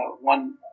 one